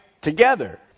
together